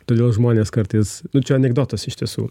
todėl žmonės kartais nu čia anekdotas iš tiesų